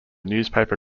newspaper